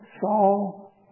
Saul